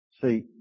See